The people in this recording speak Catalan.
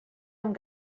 amb